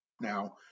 Now